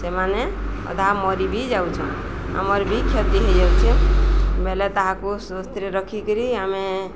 ସେମାନେ ଅଧା ମରି ବି ଯାଉଛନ୍ତି ଆମରି ବି କ୍ଷତି ହୋଇଯାଉଛି ବେଳେ ତାହାକୁ ସୁସ୍ଥରେ ରଖିକରି ଆମେ